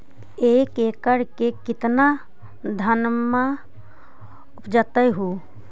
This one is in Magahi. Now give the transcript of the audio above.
एक एकड़ मे कितना धनमा उपजा हू?